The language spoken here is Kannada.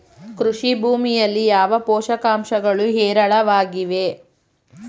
ಕೃಷಿ ಭೂಮಿಯಲ್ಲಿ ಯಾವ ಪೋಷಕಾಂಶಗಳು ಹೇರಳವಾಗಿವೆ?